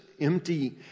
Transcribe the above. empty